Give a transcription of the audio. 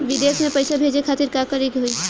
विदेश मे पैसा भेजे खातिर का करे के होयी?